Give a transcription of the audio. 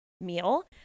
meal